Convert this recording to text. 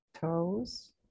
toes